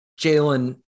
Jalen